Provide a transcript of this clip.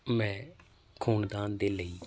ਮੈਂ ਖੂਨਦਾਨ ਦੇ ਲਈ